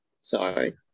Sorry